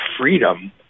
freedom